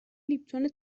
لیپتون